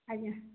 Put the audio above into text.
ଆଜ୍ଞା